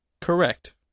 correct